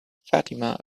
fatima